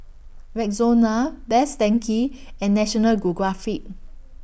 Rexona Best Denki and National Geographic